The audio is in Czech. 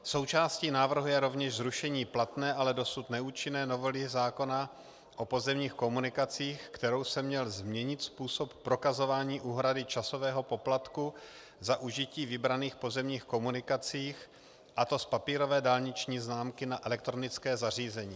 Součástí návrhu je rovněž zrušení platné, ale dosud neúčinné novely zákona o pozemních komunikacích, kterou se měl změnit způsob prokazování úhrady časového poplatku za užití vybraných pozemních komunikací, a to z papírové dálniční známky na elektronické zařízení.